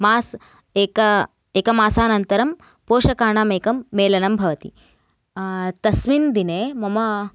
मास् एक एक मासानन्तरं पोषकाणाम् एकं मेलनं भवति तस्मिन् दिने मम